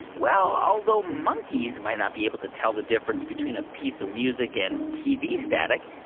well, although monkeys might not be able to tell the difference between a piece of music and tv static,